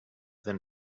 than